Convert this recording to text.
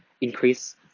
increase